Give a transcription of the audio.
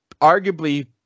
arguably